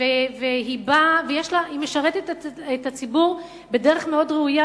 והיא משרתת את הציבור בדרך מאוד ראויה,